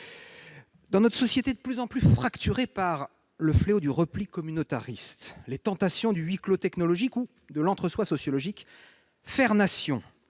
Dans notre société, de plus en plus fracturée par le fléau du repli communautariste, par les tentations du huis clos technologique ou de l'entre soi sociologique, « faire Nation »